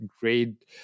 great